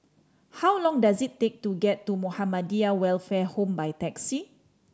how long does it take to get to Muhammadiyah Welfare Home by taxi